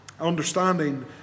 Understanding